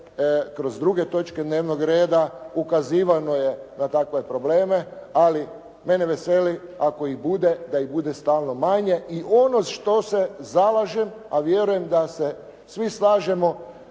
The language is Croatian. kroz druge točke dnevnog reda ukazivano je na takve probleme, ali mene veseli ako ih bude, da ih bude stalno manje i ono što se zalažem, a vjerujem da se svi slažemo